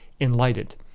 enlightened